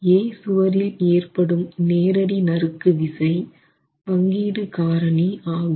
A சுவரில் ஏற்படும் நேரடி நறுக்கு விசை பங்கீடு காரணி ஆகும்